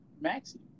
Maxie